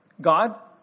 God